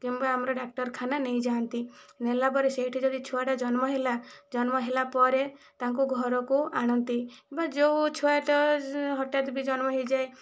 କିମ୍ବା ଆମର ଡାକ୍ତରଖାନା ନେଇଯାଆନ୍ତି ନେଲାପରେ ସେଇଠି ଯଦି ଛୁଆଟା ଜନ୍ମ ହେଲା ଜନ୍ମ ହେଲା ପରେ ତାଙ୍କୁ ଘରକୁ ଆଣନ୍ତି ବା ଯେଉଁ ଛୁଆଟା ହଠାତ ବି ଜନ୍ମ ହୋଇଯାଏ